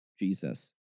Jesus